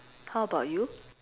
how about you